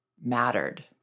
mattered